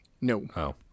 no